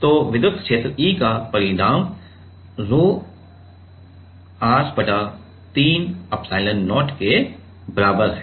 तो विद्युत क्षेत्र E का परिमाण रोह r बटा 3 एप्सिलॉन0 के बराबर है